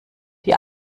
die